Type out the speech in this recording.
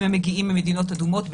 אם הם מגיעים ממדינות אדומות,